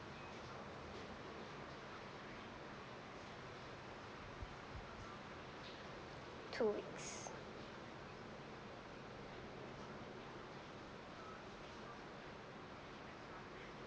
two weeks